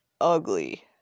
ugly